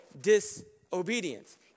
disobedience